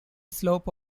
slope